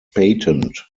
patent